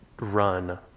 run